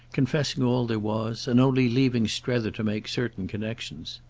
confessing all there was, and only leaving strether to make certain connexions.